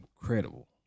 incredible